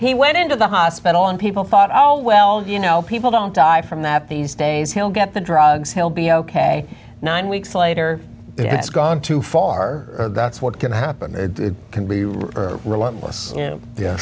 he went into the hospital and people thought oh well you know people don't die from that these days he'll get the drugs he'll be ok nine weeks later it's gone too far that's what can happen to can be relentless ye